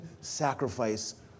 sacrifice